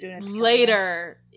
later